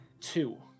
two